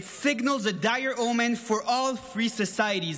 it signals a dire omen for all free societies.